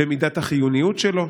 במידת החיוניות שלו,